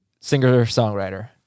Singer-songwriter